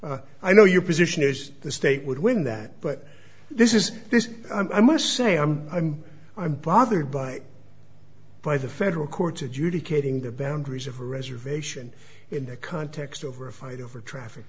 i know your position is the state would win that but this is this i must say i'm i'm i'm bothered by by the federal courts adjudicating the boundaries of a reservation in the context over a fight over traffic